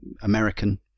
American